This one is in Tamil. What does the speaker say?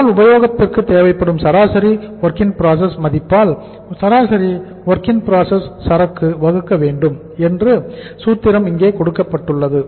ஒரு நாள் உபயோகத்திற்கு தேவைப்படும் சராசரி WIP மதிப்பால் சராசரி WIP சரக்கு வகுக்க வேண்டும் என்ற சூத்திரம் இங்கே கொடுக்கப்பட்டுள்ளது